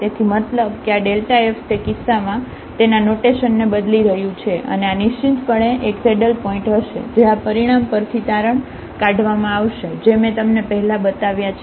તેથી મતલબ કે આ f તે કિસ્સામાં તેના નોટેશનને બદલી રહ્યું છે અને આ નિશ્ચિતપણે એક સેડલ પોઇન્ટ હશે જે આ પરિણામ પરથી પણ તારણ નીકાળવામાં આવશે જે મેં તમને પહેલાં બતાવ્યા છે